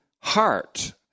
heart